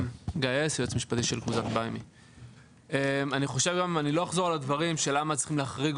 יועץ משפטי של קבוצת Buy Me. אני לא אחזור על הסיבות ללמה צריכים להחריג